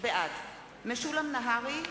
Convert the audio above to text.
בעד משולם נהרי,